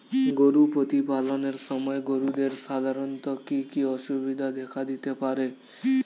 গরু প্রতিপালনের সময় গরুদের সাধারণত কি কি অসুবিধা দেখা দিতে পারে?